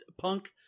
punk